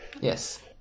Yes